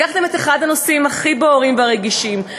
לקחתם את אחד הנושאים הכי בוערים ורגישים,